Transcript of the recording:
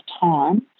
time